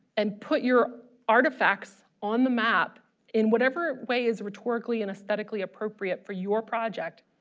and put your artifacts on the map in whatever way is rhetorically and aesthetically appropriate for your project